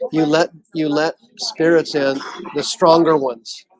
you let you let spirits in the stronger ones